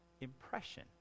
impression